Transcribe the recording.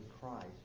Christ